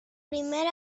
primer